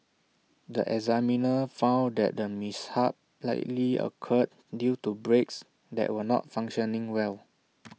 the examiner found that the mishap likely occurred due to brakes that were not functioning well